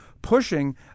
pushing